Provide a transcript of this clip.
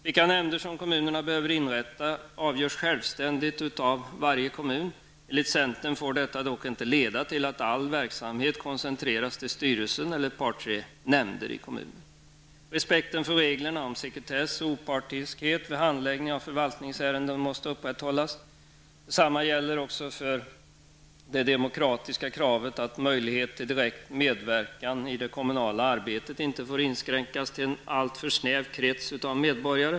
Vilka nämnder som kommunerna behöver inrätta avgörs självständigt av varje kommun. Enligt centern får detta dock inte leda till att all verksamhet koncentreras till styrelsen eller ett par tre nämnder i kommunen. Respekten för reglerna om sekretess och opartiskhet vid handläggning av förvaltningsärenden måste upprätthållas. Detsamma gäller för det demokratiska kravet att möjligheter till direkt medverkan i det kommunala arbetet inte får inskränkas till en alltför snäv krets av medborgarare.